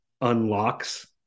unlocks